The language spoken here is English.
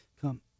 come